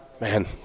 Man